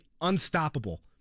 unstoppable